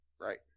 Right